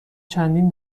چندین